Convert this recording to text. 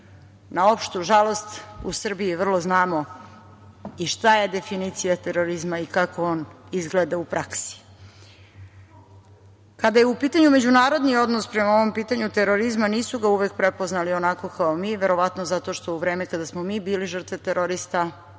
Na opštu žalost u Srbiji je vrlo znamo i šta je definicija terorizma i kako on izgleda u praksi. Kada je u pitanju međunarodni odnos prema ovom pitanju terorizma nisu ga uvek prepoznali onako kao mi verovatno zato što u vreme kada smo mi bili žrtve terorista